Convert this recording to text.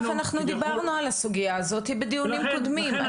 אנחנו דיברנו על הסוגיה הזו בדיונים קודמים,